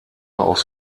aus